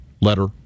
letter